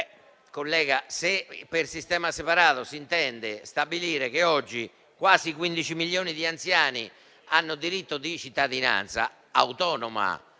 che se per sistema separato si intende il fatto che oggi quasi 15 milioni di anziani hanno diritto di cittadinanza autonoma